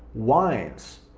wines,